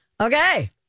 Okay